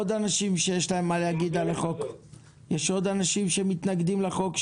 יש עוד אנשים שמתנגדים לחוק,